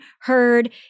heard